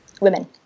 women